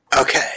Okay